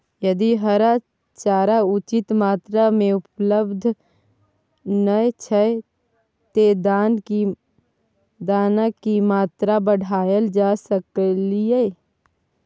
यदि हरा चारा उचित मात्रा में उपलब्ध नय छै ते दाना की मात्रा बढायल जा सकलिए?